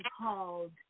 called